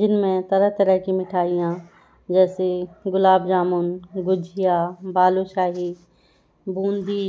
जिनमें तरह तरह की मिठाइयां जैसे गुलाब जामुन गुजिया बालूशाही बूंदी